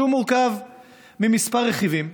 שהוא מורכב מכמה רכיבים.